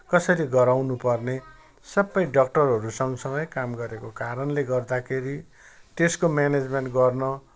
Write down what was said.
कसरी गराउनु पर्ने सबै डक्टरहरू सँगसँगै काम गरेको कारणले गर्दाखेरि त्यसको म्यानेजमेन्ट गर्न